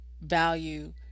value